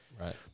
Right